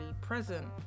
present